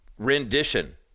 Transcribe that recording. rendition